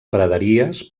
praderies